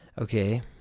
Okay